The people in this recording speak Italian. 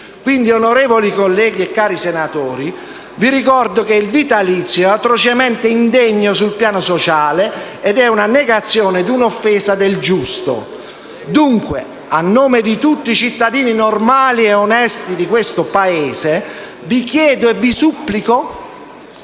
Quindi, onorevoli colleghi e cari senatori, vi ricordo che il vitalizio è atrocemente indegno sul piano sociale ed è una negazione e un'offesa del giusto. Dunque, a nome di tutti i cittadini normali e onesti di questo Paese, vi chiedo e vi supplico: